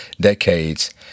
decades